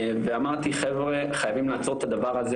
ואמרתי חבר'ה חייבים לעצור את הדבר הזה,